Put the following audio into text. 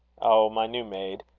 oh! my new maid,